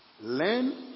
learn